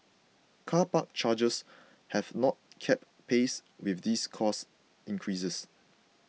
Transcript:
car park charges have not kept pace with these cost increases